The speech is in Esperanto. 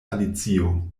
alicio